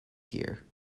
here